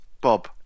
Bob